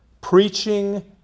preaching